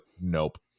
nope